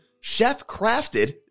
chef-crafted